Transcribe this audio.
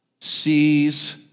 sees